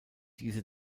diese